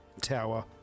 tower